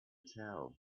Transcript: tell